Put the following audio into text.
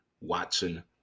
watson